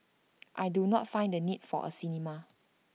I do not find the need for A cinema